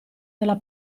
della